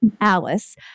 alice